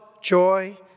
joy